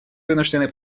вынуждены